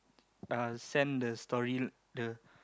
uh send the story the